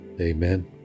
Amen